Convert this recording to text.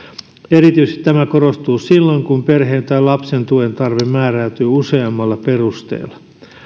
tämä korostuu erityisesti silloin kun perheen tai lapsen tuen tarve määräytyy useammalla perusteella